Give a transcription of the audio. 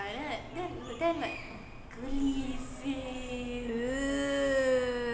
!eww!